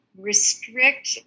restrict